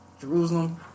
Jerusalem